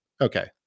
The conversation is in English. Okay